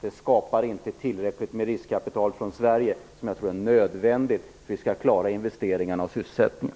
Det skapar inte tillräckligt med riskkapital från Sverige, som jag tror är nödvändigt om vi skall klara investeringarna och sysselsättningen.